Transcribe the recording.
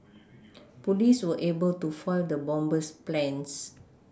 police were able to foil the bomber's plans